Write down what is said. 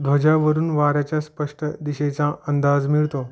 ध्वजावरून वाऱ्याच्या स्पष्ट दिशेचा अंदाज मिळतो